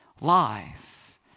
life